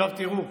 עכשיו תראו,